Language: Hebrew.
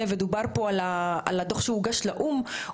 ודובר פה על הדוח שהוגש לאו"ם,